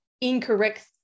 incorrect